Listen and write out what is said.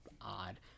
odd